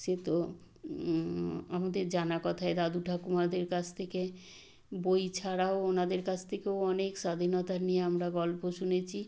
সে তো আমাদের জানা কথাই দাদু ঠাকুমাদের কাছ থেকে বই ছাড়াও ওনাদের কাছ থেকেও অনেক স্বাধীনতা নিয়ে আমরা গল্প শুনেছি